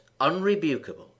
unrebukable